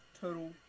total